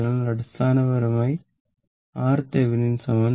അതിനാൽ അടിസ്ഥാനപരമായി RThevenin 2 Ω